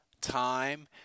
time